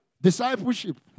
Discipleship